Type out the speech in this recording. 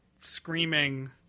screaming